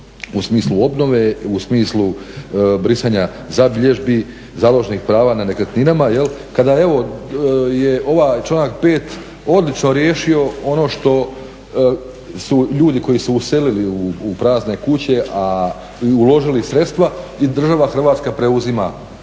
u smislu obnove, u smislu brisanja zabilježbi, založnih prava na nekretninama kada evo je ovaj članak 5. odlično riješio ono što su ljudi koji su uselili u prazne kuće i uložili sredstva i država Hrvatska preuzima